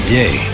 day